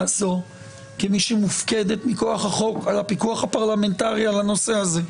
הזו כמי שמופקדת מכוח החוק על הפיקוח הפרלמנטרי על הנושא הזה,